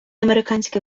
американський